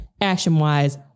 action-wise